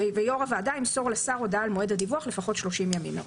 יו"ר הוועדה ימסור לשר הודעה על מועד הדיווח לפחות 30 ימים מראש.